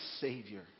Savior